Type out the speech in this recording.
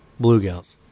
bluegills